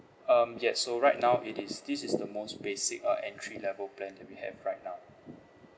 um yes so right now it is this is the most basic uh entry level plan that we have right now